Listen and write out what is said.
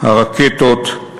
הרקטות,